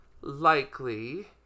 likely